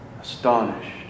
Astonished